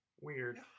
Weird